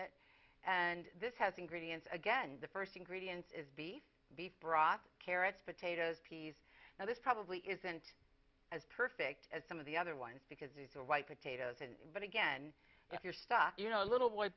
it and this has ingredients again the first ingredients is beef beef broth carrots potatoes peas now this probably isn't as perfect as some of the other ones because these are white potatoes in but again if you're stuck you know a little